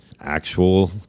actual